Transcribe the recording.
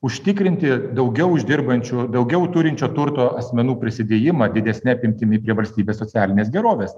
užtikrinti daugiau uždirbančių daugiau turinčio turto asmenų prisidėjimą didesne apimtimi prie valstybės socialinės gerovės